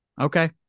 okay